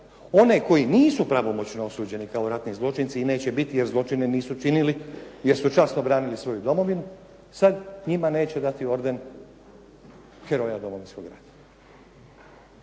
one koji nisu pravomoćno osuđeni kao ratni zločinci i neće biti jer zločine nisu činili, jer su časno branili svoju domovinu, sad njima neće dati orden heroja Domovinskog rata.